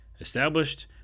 Established